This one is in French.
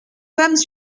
femmes